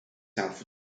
south